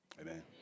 Amen